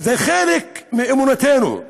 זה חלק מאמונתנו,